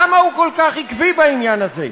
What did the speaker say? למה הוא כל כך עקבי בעניין הזה?